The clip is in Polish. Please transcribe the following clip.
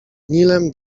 nilem